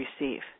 receive